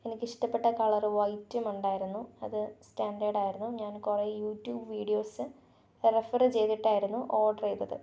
എനിക്ക് ഇഷ്ടപ്പെട്ട കളർ വൈറ്റും ഉണ്ടായിരുന്നു അതു സ്റ്റാൻഡാർഡായിരുന്നു ഞാൻ കുറേ യൂട്യൂബ് വീഡിയോസ് റെഫർ ചെയ്തിട്ടായിരുന്നു ഓഡർ ചെയ്തത്